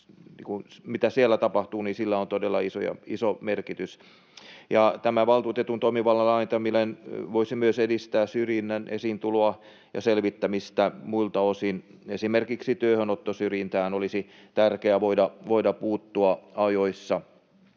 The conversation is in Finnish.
mitä työelämässä tapahtuu, on todella iso merkitys. Tämä valtuutetun toimivallan laajentaminen voisi myös edistää syrjinnän esiintuloa ja selvittämistä muilta osin. Esimerkiksi työhönottosyrjintään olisi tärkeää voida puuttua ajoissa.